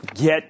get